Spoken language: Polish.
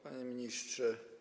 Panie Ministrze!